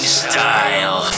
style